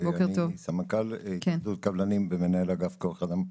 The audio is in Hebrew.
סמנכ"ל התאחדות הקבלנים ומנהל אגף כוח אדם,